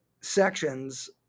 sections